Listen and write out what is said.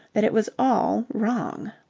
that it was all wrong.